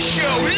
Show